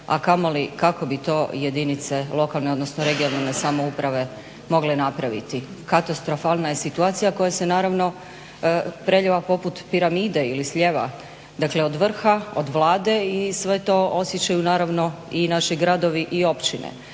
a kamoli kako bi to jedinice lokalne, odnosno regionalne samouprave mogle napraviti. Katastrofalna je situacija koja se naravno preljeva poput piramide ili slijeva dakle od vrha od Vlade i sve to osjećaju naravno i naši gradovi i općine.